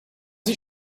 sie